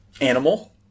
Animal